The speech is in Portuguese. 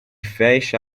feche